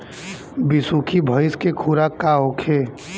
बिसुखी भैंस के खुराक का होखे?